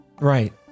right